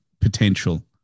potential